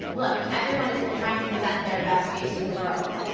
look, everyone is trying to present their best face to the world.